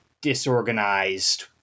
disorganized